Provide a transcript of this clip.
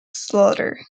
slaughter